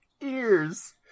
Ears